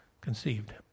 conceived